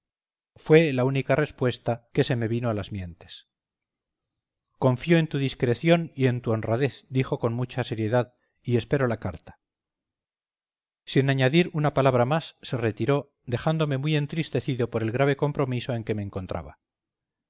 fue la única respuesta que se me vino a las mientes confío en tu discreción y en tu honradez dijo con mucha seriedad y espero la carta sin añadir una palabra más se retiró dejándome muy entristecido por el grave compromiso en que me encontraba